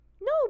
No